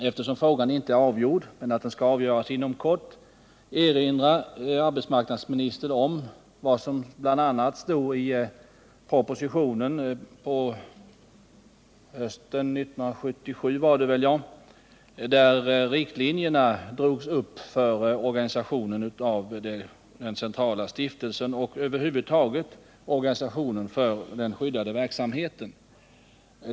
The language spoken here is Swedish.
Eftersom frågan inte är avgjord men skall avgöras inom kort vill jag passa på att erinra arbetsmarknadsministern om vad som bl.a. står i den proposition från hösten 1977 där riktlinjerna drogs upp för den centrala stiftelsens organisation och över huvud taget för organisationen av den skyddade verksamheten.